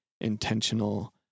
intentional